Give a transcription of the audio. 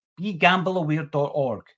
begambleaware.org